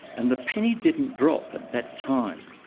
and the penny didn't drop at that time.